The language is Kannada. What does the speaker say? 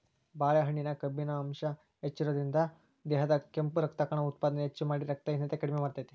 ಬಾಳೆಹಣ್ಣಿನ್ಯಾಗ ಕಬ್ಬಿಣ ಅಂಶ ಹೆಚ್ಚಿರೋದ್ರಿಂದ, ದೇಹದಾಗ ಕೆಂಪು ರಕ್ತಕಣ ಉತ್ಪಾದನೆ ಹೆಚ್ಚಮಾಡಿ, ರಕ್ತಹೇನತೆ ಕಡಿಮಿ ಮಾಡ್ತೆತಿ